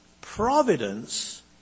providence